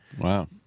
Wow